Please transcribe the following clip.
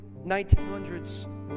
1900s